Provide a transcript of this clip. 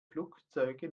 flugzeuge